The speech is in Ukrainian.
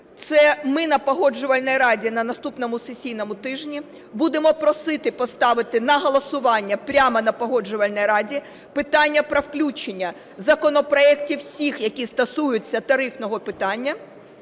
Це ми на Погоджувальній раді на наступному сесійному тижні будемо просити поставити на голосування прямо на Погоджувальній раді питання про включення законопроектів всіх, які стосуються тарифного питання,